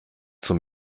zum